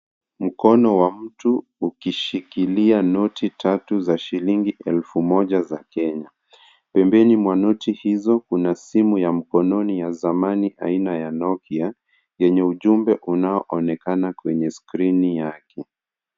Mkono wa mtu ukishikilia noti tatu za shilingi elfu moja za Kenya. Pembeni mwa noti hizo kuna simu ya mkononi ya zamani aina ya Nokia yenye ujumbe unaoonekana kwenye skrini yake.